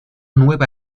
nueva